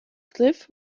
cliff